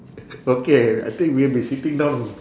okay I think we've been sitting down